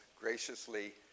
graciously